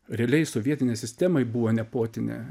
realiai sovietinė sistemai buvo nepotinė